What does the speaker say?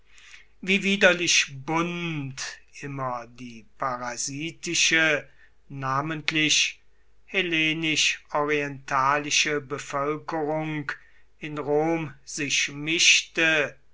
wie widerlich bunt immer die parasitische namentlich hellenisch orientalische bevölkerung in rom sich mischte